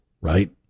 right